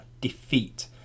defeat